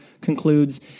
concludes